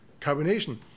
carbonation